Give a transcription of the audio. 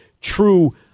true